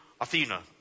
Athena